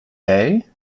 day